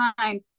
time